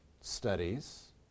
studies